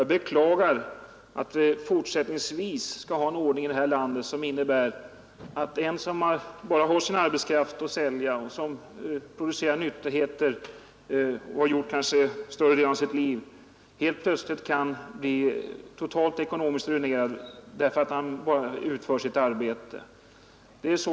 Jag beklagar att vi fortsättningsvis skall ha en ordning i vårt land som innebär att den som bara har sin arbetskraft att sälja och som kanske större delen av sitt liv har producerat nyttigheter helt plötsligt genom utövningen av sitt arbete kan bli totalt ekonomiskt ruinerad.